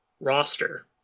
roster